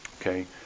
okay